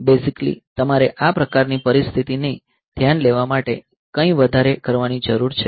basically તમારે આ પ્રકારની પરિસ્થિતિ ની ધ્યાન લેવા માટે કંઈ વધારે કરવાની જરૂર છે